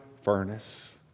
furnace